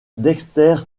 dexter